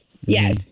Yes